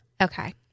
Okay